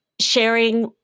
sharing